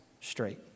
straight